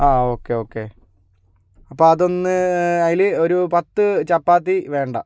ആ okay okay അപ്പോൾ അതൊന്ന് അതിൽ ഒരു പത്ത് ചപ്പാത്തി വേണ്ട